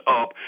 up